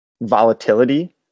volatility